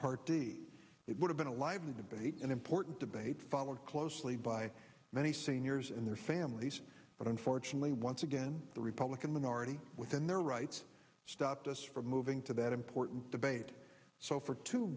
part d it would have been a lively debate an important debate followed closely by many seniors and their families but unfortunately once again the republican minority within their rights stopped us from moving to that important debate so for two